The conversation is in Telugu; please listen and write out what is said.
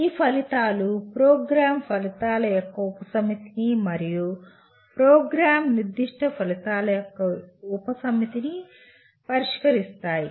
ఈ ఫలితాలు ప్రోగ్రామ్ ఫలితాల యొక్క ఉపసమితిని మరియు ప్రోగ్రామ్ నిర్దిష్ట ఫలితాల యొక్క ఉపసమితిని పరిష్కరిస్తాయి